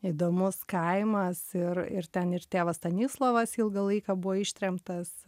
įdomus kaimas ir ir ten ir tėvas stanislovas ilgą laiką buvo ištremtas